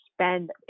spend